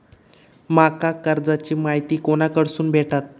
माका कर्जाची माहिती कोणाकडसून भेटात?